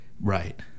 right